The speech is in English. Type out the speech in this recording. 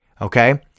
Okay